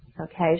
Okay